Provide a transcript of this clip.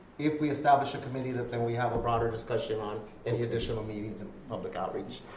if we establish a committee, that and we have a broader discussion on any additional meetings and public outreach.